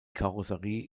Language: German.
karosserie